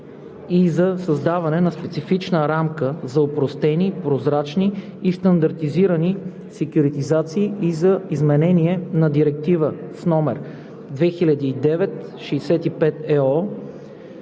и за създаване на специфична рамка за опростени, прозрачни и стандартизирани секюритизации и за изменение на директиви 2009/65/ЕО,